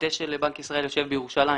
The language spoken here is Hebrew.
המטה של בנק ישראל יושב בירושלים.